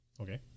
okay